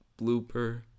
blooper